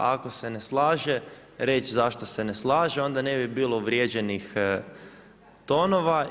Ako se ne slaže reći zašto se ne slaže, onda ne bi bilo uvrijeđenih tonova.